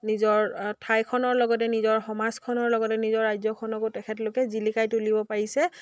নিজৰ ঠাইখনৰ লগতে নিজৰ সমাজখনৰ লগতে নিজৰ ৰাজ্যখনকো তেখেতলোকে জিলিকাই তুলিব পাৰিছে